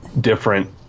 different